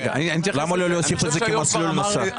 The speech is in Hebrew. למה לא להוסיף את זה כמסלול נוסף?